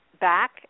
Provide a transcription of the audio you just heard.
back